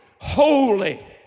Holy